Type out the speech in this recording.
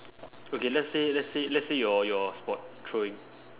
okay let's say let's say let's say your your sport throwing